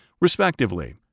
respectively